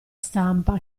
stampa